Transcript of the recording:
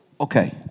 Okay